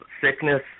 sickness